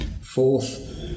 Fourth